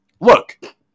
Look